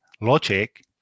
logic